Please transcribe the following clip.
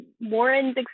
Warren's